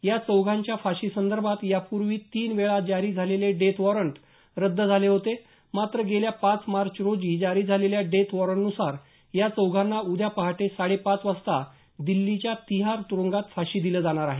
या चौघांच्या फाशीसंदर्भात यापूर्वी तीन वेळा जारी झालेले डेथवॉरंट रद्द झाले होते मात्र गेल्या पाच मार्च रोजी जारी झालेल्या डेथ वॉरंटन्सार या चौघांना उद्या पहाटे साडे पाच वाजता दिल्लीच्या तिहार तुरुंगात फाशी दिलं जाणार आहे